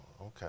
Okay